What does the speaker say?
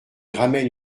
ramène